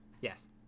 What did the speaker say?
yes